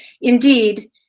Indeed